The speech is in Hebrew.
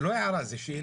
זה לא הערה, זו שאלה.